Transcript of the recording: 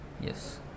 Yes